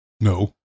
No